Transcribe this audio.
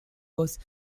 was